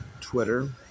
Twitter